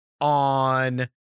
on